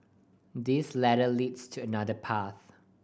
this ladder leads to another path